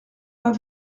pas